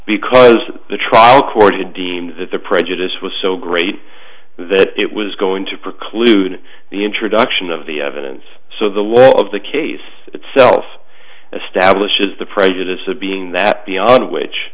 because the trial court it deemed that the prejudice was so great that it was going to preclude the introduction of the evidence so the law of the case itself establishes the prejudicial being that beyond which